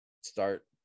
start